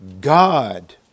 God